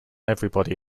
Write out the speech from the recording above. everybody